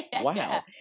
wow